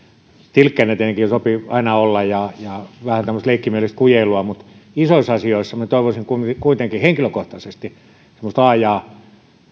tilkkeenä tietenkin sopii aina olla ja sopii olla vähän tämmöistä leikkimielistä kujeilua niin isoissa asioissa minä toivoisin kuitenkin henkilökohtaisesti semmoista laajaa